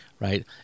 right